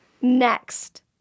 Next